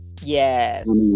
Yes